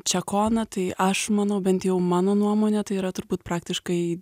čekona tai aš manau bent jau mano nuomone tai yra turbūt praktiškai